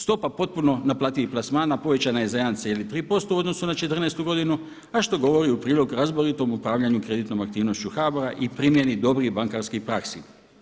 Stopa potpuno naplativih plasmana povećana je za 1,3% u odnosu na 2014. godinu, a što govori u prilog razboritom upravljanju kreditnom aktivnošću HBOR-a i primjeni dobrih bankarskih praksi.